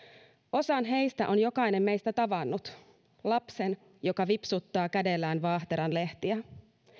osan heistä on jokainen meistä tavannut lapsen joka vipsuttaa kädelläään vaahteranlehtiä